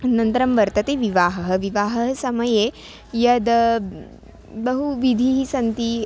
अनन्तरं वर्तते विवाहः विवाहः समये यद् बह्व्यः विधयः सन्ति